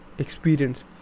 experience